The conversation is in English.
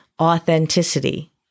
authenticity